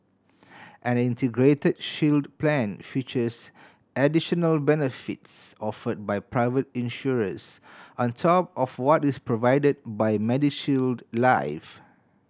an Integrated Shield Plan features additional benefits offered by private insurers on top of what is provided by MediShield Life